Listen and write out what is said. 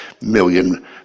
million